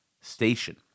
station